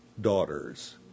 daughters